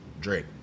Drake